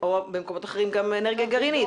במקומות אחרים גם אנרגיה גרעינית.